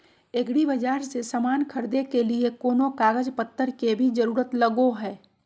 एग्रीबाजार से समान खरीदे के लिए कोनो कागज पतर के भी जरूरत लगो है?